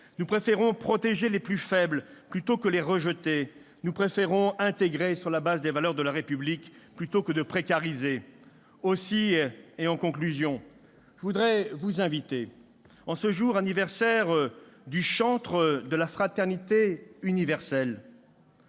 nous préférons protéger les plus faibles plutôt que les rejeter ; nous préférons intégrer sur la base des valeurs de la République plutôt que précariser. En conclusion, je voudrais vous inviter, en ce jour anniversaire du chantre de la fraternité universelle,